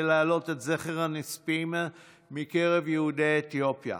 להעלות את זכר הנספים מקרב יהודי אתיופיה,